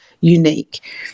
unique